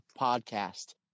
podcast